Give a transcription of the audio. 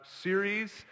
series